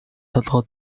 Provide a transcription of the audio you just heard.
толгой